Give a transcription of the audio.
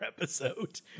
episode